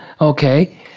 okay